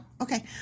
Okay